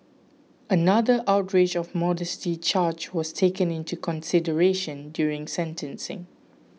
another outrage of modesty charge was taken into consideration during sentencing